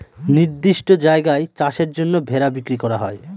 নির্দিষ্ট জায়গায় চাষের জন্য ভেড়া বিক্রি করা হয়